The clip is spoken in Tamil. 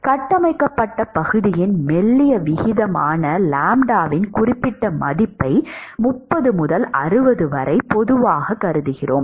கட்டமைக்கப்பட்ட பகுதியின் மெல்லிய விகிதமான லாம்ப்டாவின் குறிப்பிட்ட மதிப்பை 30 முதல் 60 வரை பொதுவாகக் கருதுகிறோம்